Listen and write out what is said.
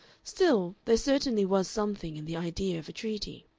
still, there certainly was something in the idea of a treaty.